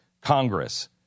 Congress